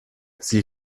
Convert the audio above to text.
sie